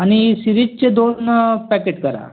आणि सिरीजचे दोन पॅकेट करा